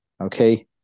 Okay